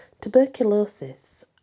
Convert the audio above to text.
Tuberculosis